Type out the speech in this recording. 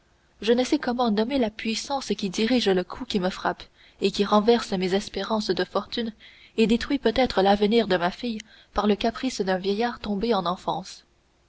je ne sais comment nommer la puissance qui dirige le coup qui me frappe et qui renverse mes espérances de fortune et détruit peut-être l'avenir de ma fille par le caprice d'un vieillard tombé en enfance